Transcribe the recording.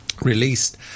released